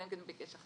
אלא אם כן ביקש אחרת,